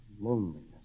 loneliness